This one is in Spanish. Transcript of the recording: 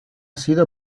sido